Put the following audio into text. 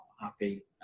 happy